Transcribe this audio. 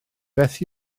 beth